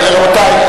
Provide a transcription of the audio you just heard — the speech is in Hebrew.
רבותי,